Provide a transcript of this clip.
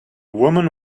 woman